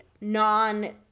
non